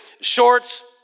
shorts